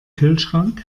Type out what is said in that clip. kühlschrank